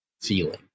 feeling